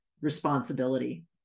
responsibility